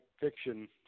fiction